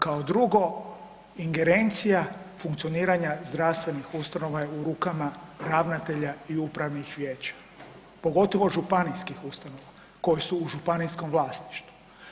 Kao drugo, ingerencija funkcioniranja zdravstvenih ustanova je u rukama ravnatelja i upravnih vijeća pogotovo županijskih ustanova koje su u županijskom vlasništvu.